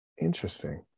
interesting